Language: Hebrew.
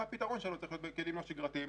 הייתה שיחה מקדימה ביני לבין חבר הכנסת סמוטריץ'